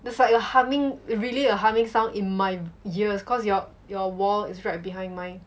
it's like a humming really a humming sound like in my ears cause your your wall is right behind mine